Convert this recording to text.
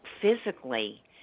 physically